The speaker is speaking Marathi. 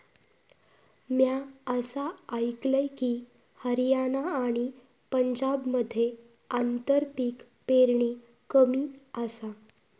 म्या असा आयकलंय की, हरियाणा आणि पंजाबमध्ये आंतरपीक पेरणी कमी आसा